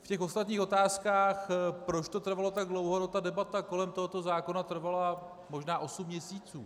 V ostatních otázkách, proč to trvalo tak dlouho ta debata kolem tohoto zákona trvala možná osm měsíců.